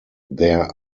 there